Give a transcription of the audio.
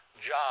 job